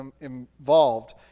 involved